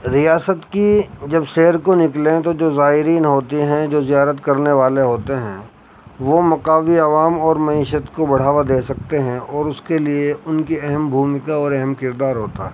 ریاست کی جب سیر کو نکلیں تو جو زائرین ہوتے ہیں جو زیارت کرنے والے ہوتے ہیں وہ مقوی عوام اور معیشت کو بڑھاوا دے سکتے ہیں اور اس کے لیے ان کی اہم بھومکا اور اہم کردار ہوتا ہے